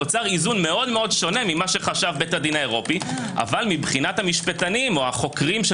נוצר איזון מאוד שונה ממה שחשב בית הדין האירופי אבל מבחינת החוקרים של